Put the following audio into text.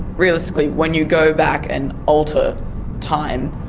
realistically, when you go back and alter time,